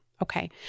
Okay